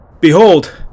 Behold